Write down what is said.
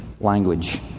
language